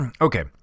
Okay